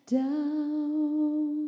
down